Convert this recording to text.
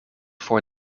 voor